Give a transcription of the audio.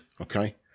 Okay